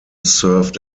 served